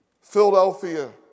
Philadelphia